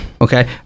Okay